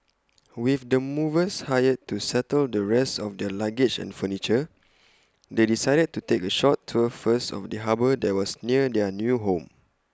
with the movers hired to settle the rest of their luggage and furniture they decided to take A short tour first of the harbour that was near their new home